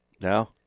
No